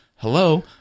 Hello